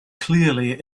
clearly